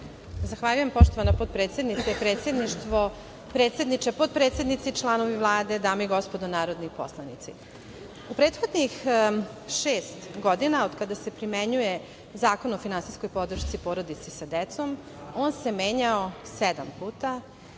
Zahvaljujem, poštovana potpredsednice, predsedniče, potpredsednici, članovi Vlade, dame i gospodo narodni poslanici.U prethodnih šest godina od kada se primenjuje Zakona o finansijskoj podršci porodici sa decom, on se menjao sedam puta.